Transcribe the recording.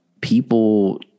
People